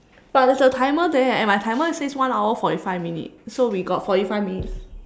but there's a timer there and my timer says one hour forty five minutes so we got forty five minutes